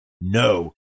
no